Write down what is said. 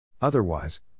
Otherwise